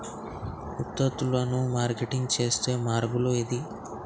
ఉత్పత్తులను మార్కెటింగ్ చేసే మార్గాలు ఏంది?